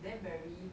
then very